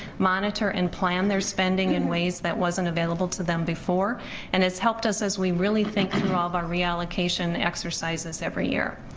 monitor and plan their spending in ways that wasn't available to them before and has helped us as we really think through all of our reallocation exercises every year.